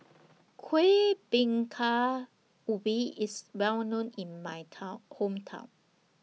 Kuih Bingka Ubi IS Well known in My Town Hometown